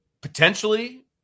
potentially